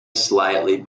slightly